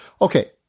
okay